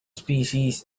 species